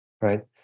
right